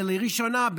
ולראשונה,